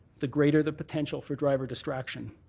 the greater the potential for driver distraction.